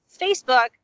Facebook